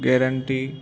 guarantee